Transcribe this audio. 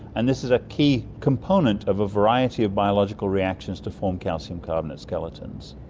and this is a key component of a variety of biological reactions to form calcium carbonate skeletons.